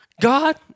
God